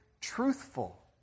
truthful